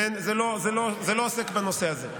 זה לא עוסק בנושא הזה.